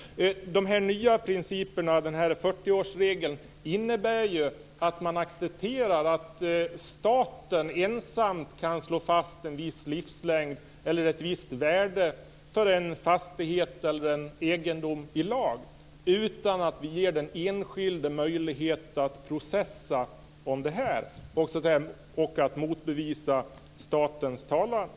De nya principerna och 40-årsregeln innebär ju att man accepterar att staten ensam i lag kan slå fast en viss livslängd eller ett visst värde för en fastighet eller en egendom; detta utan att den enskilde ges möjlighet att processa och motbevisa statens talan.